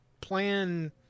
plan